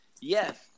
yes